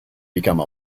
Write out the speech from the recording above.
become